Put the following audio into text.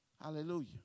Hallelujah